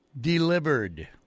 delivered